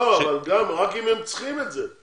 לא, אבל גם, רק אם הם צריכים את זה.